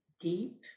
deep